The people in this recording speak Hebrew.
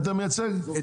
את